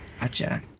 Gotcha